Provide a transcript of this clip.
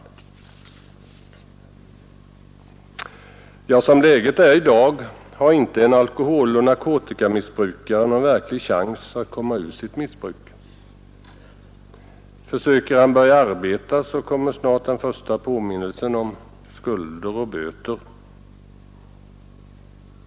Som läget är i dag har en alkoholeller narkotikamissbrukare inte någon verklig chans att komma ur sitt missbruk. Försöker han börja arbeta, kommer snart den första påminnelsen om skulder och böter.